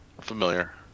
familiar